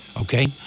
okay